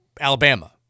Alabama